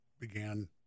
began